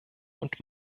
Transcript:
und